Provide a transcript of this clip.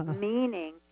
meaning